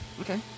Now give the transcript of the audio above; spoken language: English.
Okay